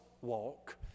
walk